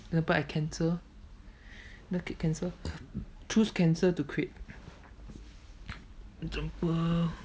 that part I cancel then click cancel choose cancel to create example